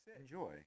Enjoy